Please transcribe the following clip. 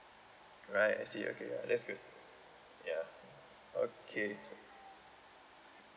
alright I see okay that's good ya okay